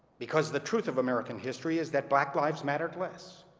because the truth of american history is that black lives mattered less.